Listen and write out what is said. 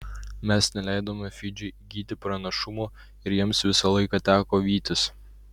mes neleidome fidžiui įgyti pranašumo ir jiems visą laiką teko vytis